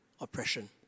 oppression